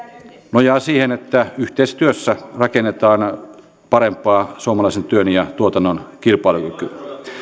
nojaa siihen että yhteistyössä rakennetaan parempaa suomalaisen työn ja tuotannon kilpailukykyä